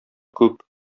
күп